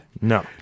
No